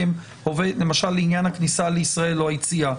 למשל לעניין הכניסה לישראל או היציאה,